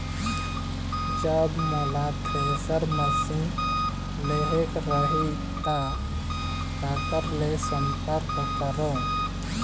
जब मोला thresher machine लेहेक रही ता काकर ले संपर्क करों?